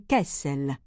Kessel